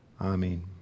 Amen